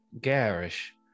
garish